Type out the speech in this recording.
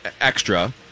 extra